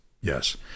yes